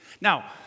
Now